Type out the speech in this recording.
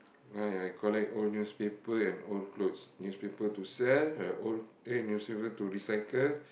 ya I collect old newspaper and old clothes newspaper to sell uh old eh newspaper to recycle